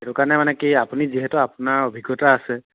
সেইটো কাৰণে মানে কি আপুনি যিহেতু আপোনাৰ অভিজ্ঞতা আছে